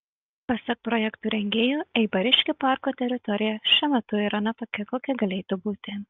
pasak projekto rengėjų eibariškių parko teritorija šiuo metu yra ne tokia kokia galėtų būti